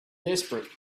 desperate